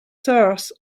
terse